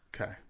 Okay